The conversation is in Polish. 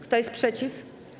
Kto jest przeciw?